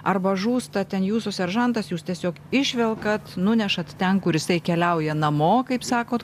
arba žūsta ten jūsų seržantas jūs tiesiog išvelkat nunešat ten kur jisai keliauja namo kaip sakot